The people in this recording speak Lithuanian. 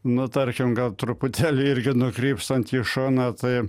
nu tarkim gal truputėlį irgi nukrypstant į šoną tai